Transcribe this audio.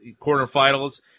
quarterfinals